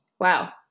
Wow